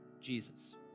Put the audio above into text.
Jesus